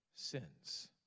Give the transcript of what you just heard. sins